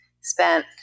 spent